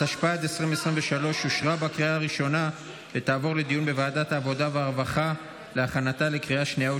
התשפ"ד 2023, לוועדת העבודה והרווחה נתקבלה.